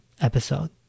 episode